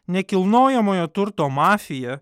nekilnojamojo turto mafija